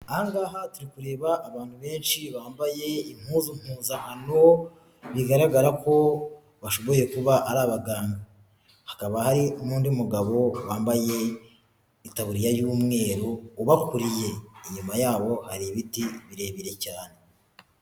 Ahangaha turikureba abantu benshi bambaye impundu mpuzankano bigaragara ko bashoboye kuba ari abaganga hakaba hari n'undi mugabo wambaye itaburiya y'umweru ubakuriye inyuma yabo ari ibiti birebire cyane.